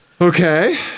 Okay